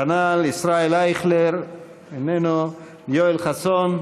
כנ"ל, ישראל אייכלר, איננו, יואל חסון,